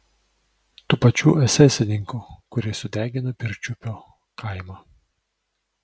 tų pačių esesininkų kurie sudegino pirčiupio kaimą